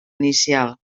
inicial